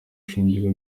shingiro